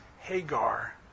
Hagar